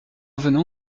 venons